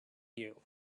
you